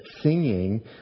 singing